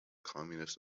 communist